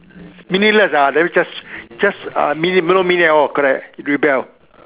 meaningless ah then just just uh meaning got no meaning at all rebel